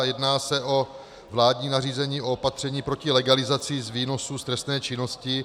Jedná se o vládní nařízení o opatření proti legalizaci výnosů z trestné činnosti.